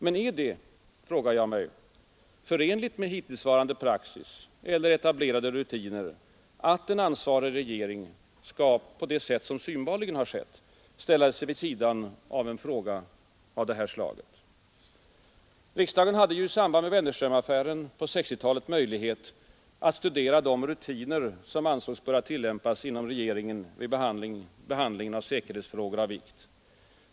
Men är det, frågar jag mig, förenligt med hittillsvarande praxis eller etablerade rutiner att en ansvarig regering skall, på det sätt som synbarligen har skett, ställa sig vid sidan om en fråga av det här slaget? Riksdagen hade i samband med Wennerströmaffären på 1960-talet möjlighet att studera de rutiner som ansågs böra tillämpas inom regeringen vid behandlingen av säkerhetsfrågor av vikt.